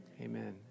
Amen